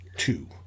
two